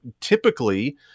Typically